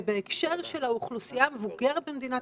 ובהקשר של האוכלוסייה המבוגרת במדינת